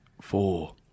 four